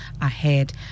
ahead